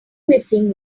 missing